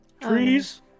trees